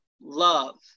love